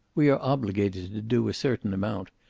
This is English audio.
we are obligated to do a certain amount.